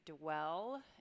Dwell